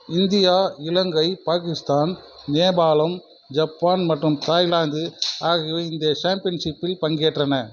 India Ilangai Pakistan நேபாளம் Japan மற்றும் Thailand ஆகியவை இந்த சாம்பியன்ஷிப்பில் பங்கேற்றன